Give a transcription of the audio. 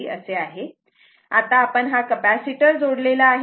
आता आपण कपॅसिटर जोडलेला आहे